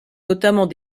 notamment